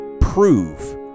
prove